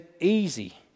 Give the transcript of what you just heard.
easy